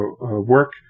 work